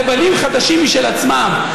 לבנים חדשים משל עצמם,